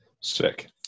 Sick